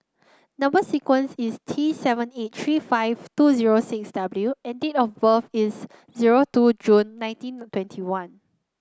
number sequence is T seven eight three five two zero six W and date of birth is zero two June nineteen twenty one